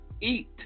eat